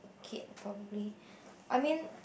kid probably I mean